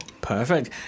Perfect